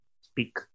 speak